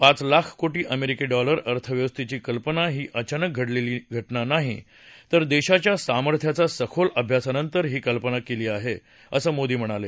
पाच लाख कोटी अमेरिकी डॉलर अर्थव्यवस्थेची कल्पना ही अचानक घडलेली घटना नाही तर देशाच्या सामर्थ्यांचा सखोल अभ्यासानंतर ही कल्पना केली आहे असं मोदी म्हणाले